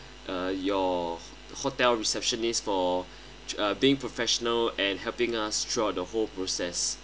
uh your hotel receptionist for uh being professional and helping us throughout the whole process